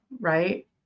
right